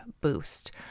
boost